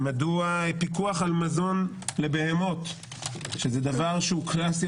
מדוע פיקוח על מזון לבהמות שזה דבר שהוא קלאסי